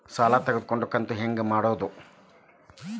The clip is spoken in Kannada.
ಸಾಲ ತಗೊಂಡು ಕಂತ ಹೆಂಗ್ ಮಾಡ್ಸೋದು?